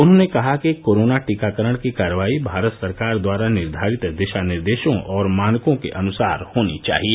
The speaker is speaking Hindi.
उन्होंने कहा कि कोरोना टीकाकरण की कार्रवाई भारत सरकार द्वारा निर्धारित दिशा निर्देशों और मानकों के अनुसार होनी चाहिए